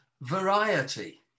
variety